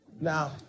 now